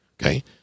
Okay